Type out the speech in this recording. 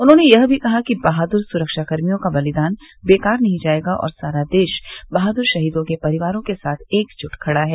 उन्होंने यह भी कहा कि बहादुर सुरक्षाकर्मियों का बलिदान बेकार नहीं जायेगा और सारा देश बहादुर शहीदों के परिवारों के साथ एकजुट खड़ा है